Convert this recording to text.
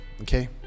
okay